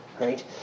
right